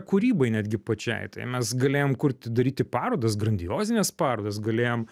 kūrybai netgi pačiai tai mes galėjom kurti daryti parodas grandiozines parodas galėjom